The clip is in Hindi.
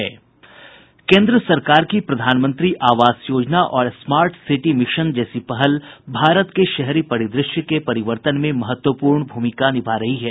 केंद्र सरकार की प्रधानमंत्री आवास योजना और स्मार्ट सिटी मिशन जैसी पहल भारत के शहरी परिदृश्य के परिवर्तन में महत्वपूर्ण भूमिका निभा रही हैं